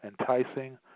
enticing